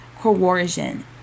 coercion